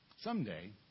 Someday